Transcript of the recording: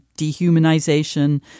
dehumanization